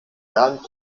bernd